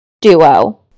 duo